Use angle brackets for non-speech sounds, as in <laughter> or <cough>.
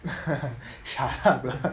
<laughs> ya !huh! ya !huh!